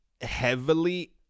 heavily